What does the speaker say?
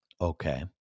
okay